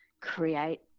create